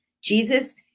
Jesus